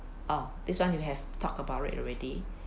oh this [one] you have talked about it already